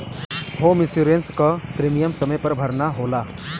home insurance क premium समय पर भरना होला